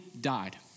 died